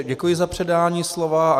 Děkuji za předání slova.